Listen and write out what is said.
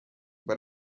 but